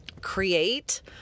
create